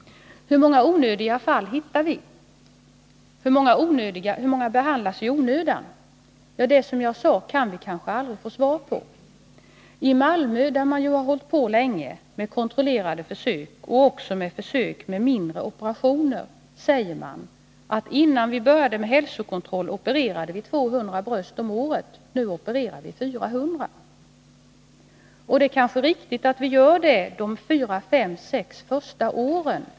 Hur många onödiga cancerfall hittar vi? Hur många behandlas i onödan? Ja, det kan vi kanske, som jag sade, aldrig få något svar på. I Malmö, där man länge har hållit på med kontrollerade försök och även med mindre operationer säger man: Innan vi började med hälsokontroll opererade vi 200 bröst om året. Nu opererar vi 400. Det är kanske riktigt att vi gör det de fyra fem sex första åren.